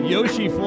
Yoshi